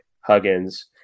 Huggins